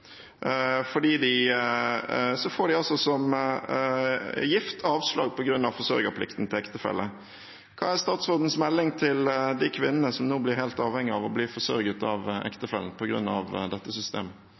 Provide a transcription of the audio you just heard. får de som er gift, avslag på grunn av forsørgerplikten til ektefelle. Hva er statsrådens melding til de kvinnene som nå blir helt avhengig av å bli forsørget av